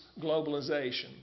globalization